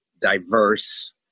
diverse